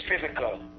Physical